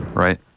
Right